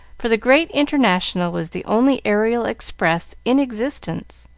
for the great international was the only aerial express in existence.